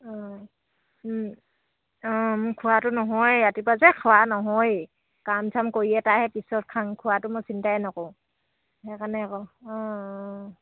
অঁ অঁ খোৱাটো নহয় ৰাতিপুৱা যে খোৱা নহয় কাম চাম কৰিয়ে এটাই আহে পিছত খাং খোৱাটো মই চিন্তাই নকৰো সেইকাৰণে আকৌ অঁ